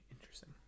Interesting